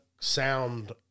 sound